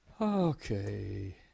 Okay